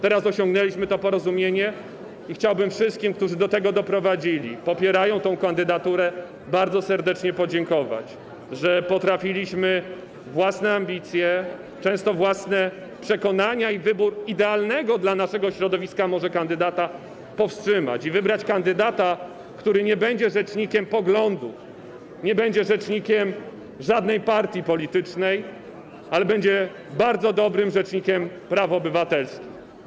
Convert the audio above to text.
Teraz osiągnęliśmy porozumienie i chciałbym wszystkim, którzy do tego doprowadzili i popierają tę kandydaturę, bardzo serdecznie podziękować, że potrafiliśmy własne ambicje, często własne przekonania i wybór idealnego może dla naszego środowiska kandydata powstrzymać i wybrać kandydata, który nie będzie rzecznikiem poglądów, nie będzie rzecznikiem żadnej partii politycznej, ale będzie bardzo dobrym rzecznikiem praw obywatelskich.